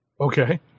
Okay